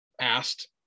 asked